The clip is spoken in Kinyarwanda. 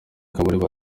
kabarebe